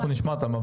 אנחנו נשמע אותם.